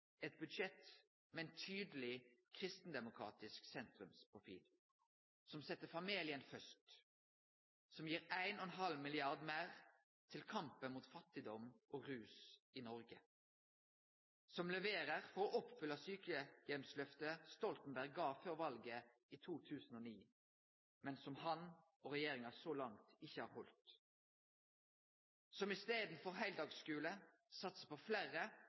eit budsjett med ein tydeleg kristendemokratisk sentrumsprofil som set familien først som gir ein halv milliard meir til kampen mot fattigdom og rus i Noreg som leverer for å oppfylle sjukeheimsløftet Stoltenberg gav før valet i 2009, men som han og regjeringa så langt ikkje har halde som i staden for heildagsskule satsar på fleire